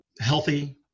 healthy